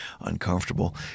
uncomfortable